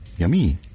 Yummy